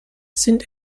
sind